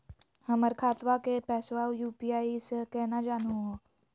हमर खतवा के पैसवा यू.पी.आई स केना जानहु हो?